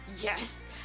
Yes